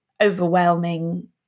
overwhelming